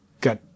Got